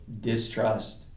distrust